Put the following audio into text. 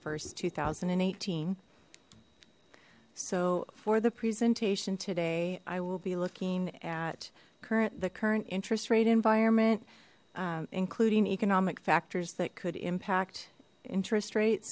st two thousand and eighteen so for the presentation today i will be looking at current the current interest rate environment including economic factors that could impact interest rate